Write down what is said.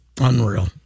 Unreal